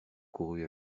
couru